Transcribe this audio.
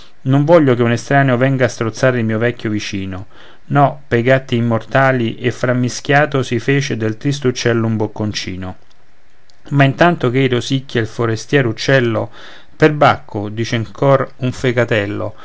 non voglio che un estraneo venga a strozzar il mio vecchio vicino no pei gatti immortali e frammischiatosi fece del tristo uccello un bocconcino ma intanto ch'ei rosicchia il forestiero uccello perbacco dice in cor un fegatello